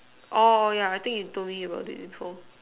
orh yeah I think you told me about it before